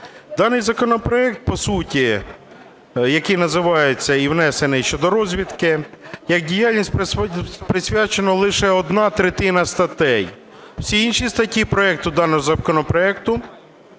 даному законопроекті по суті, який називається і внесений щодо розвідки, як діяльність присвячена лише одна третина статей, всі інші статті проекту даного законопроекту